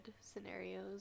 scenarios